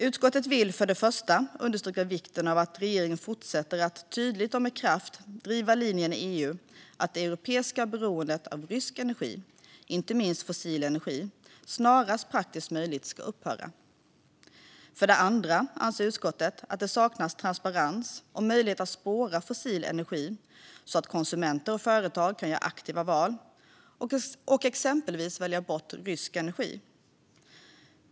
Utskottet vill för det första understryka vikten av att regeringen fortsätter att tydligt och med kraft driva linjen i EU att det europeiska beroendet av rysk energi, inte minst fossil energi, snarast praktiskt möjligt ska upphöra. För det andra anser utskottet att det saknas transparens och möjlighet att spåra fossil energi så att konsumenter och företag kan göra aktiva val och exempelvis välja bort rysk energi.